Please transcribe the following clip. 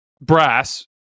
brass